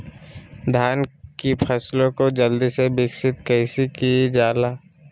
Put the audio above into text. धान की फसलें को जल्दी से विकास कैसी कि जाला?